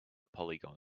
polygon